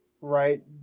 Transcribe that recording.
right